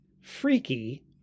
freaky